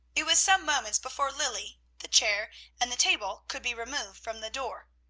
it was some moments before lilly, the chair and the table, could be removed from the door,